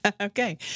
Okay